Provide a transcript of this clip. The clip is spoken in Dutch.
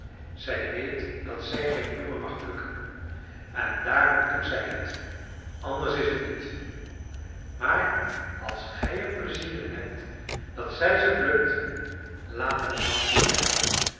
zij weet dat zij geen bloemen mag plukken en daarom doet zij het anders is het niet maar als gij er pleizier in hebt dat zij ze plukt laat het dan zoo zijn